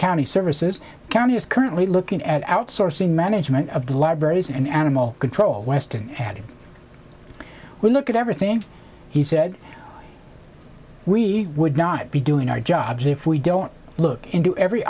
county services county is currently looking at outsource the management of libraries and animal control weston added we look at everything he said we would not be doing our jobs if we don't look into every